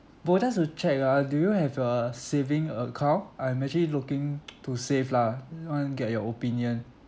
bro just to check ah do you have a saving account I'm actually looking to save lah just want to get your opinion